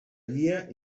guia